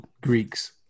greeks